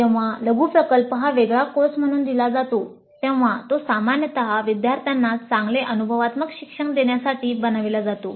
जेव्हा लघु प्रकल्प हा वेगळा कोर्स म्हणून दिला जातो तेव्हा तो सामान्यतः विद्यार्थ्यांना चांगले अनुभवात्मक शिक्षण देण्यासाठी बनविला जातो